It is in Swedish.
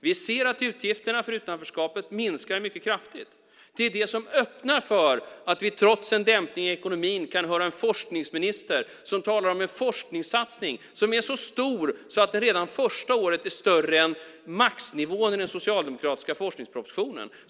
Vi ser att utgifterna för utanförskapet minskar mycket kraftigt. Det är det som öppnar för att vi trots en dämpning i ekonomin kan höra en forskningsminister som talar om en forskningssatsning som är så stor att den redan första året är större än maxnivån i den socialdemokratiska forskningspropositionen.